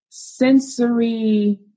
sensory